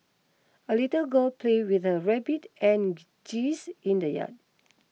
a little girl play with her rabbit and geese in the yard